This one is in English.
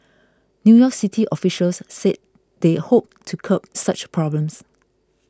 New York City officials said they hoped to curb such problems